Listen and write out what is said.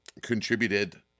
contributed